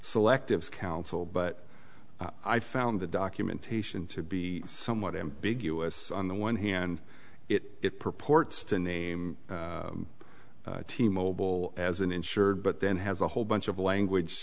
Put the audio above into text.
selective counsel but i found the documentation to be somewhat ambiguous on the one hand it purports to name the team mobile as an insured but then has a whole bunch of language